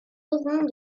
auront